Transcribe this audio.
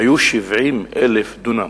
היו 70,000 דונם.